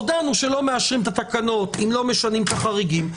הודענו שלא מאשרים את התקנות אם לא משנים את החריגים,